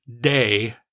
day